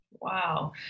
Wow